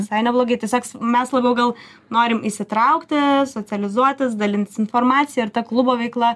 visai neblogai tiesiog mes labiau gal norim įsitraukti socializuotis dalintis informacija ir ta klubo veikla